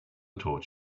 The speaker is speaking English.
taught